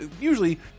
usually